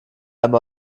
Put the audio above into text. einem